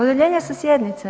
Udaljenja sa sjednice?